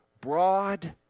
broad